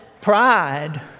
pride